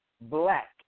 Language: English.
black